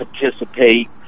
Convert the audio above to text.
participate